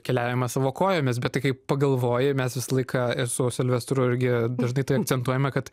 keliavimą savo kojomis bet kai pagalvoji mes visą laiką esu silvestru irgi dažnai tai akcentuojama kad